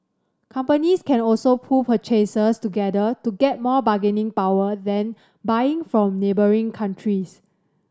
companies can also pool purchases together to get more bargaining power then buying from neighbouring countries